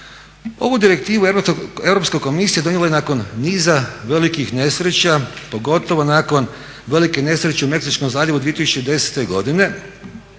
Ovu Direktivu Europska komisija donijela je nakon niza velikih nesreća, pogotovo nakon velike nesreće u Meksičkom zaljevu 2010. godine.